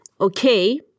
Okay